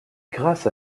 grâce